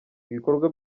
ibikorwa